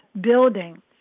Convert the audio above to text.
building